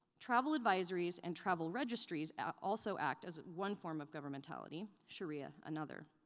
travel advisories and travel registries also act as one form of governmentality. sharia'ah, another.